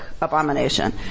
abomination